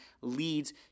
leads